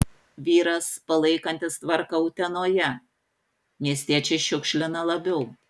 vyras palaikantis tvarką utenoje miestiečiai šiukšlina labiau